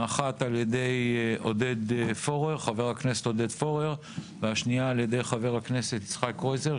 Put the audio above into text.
האחת על ידי חבר הכנסת עודד פורר והשנייה על ידי חבר הכנסת יצחק קרויזר.